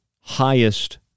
highest